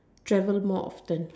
travel more often